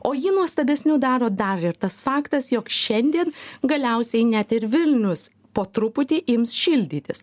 o ji nuostabesnių daro dar ir tas faktas jog šiandien galiausiai net ir vilnius po truputį ims šildytis